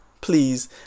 Please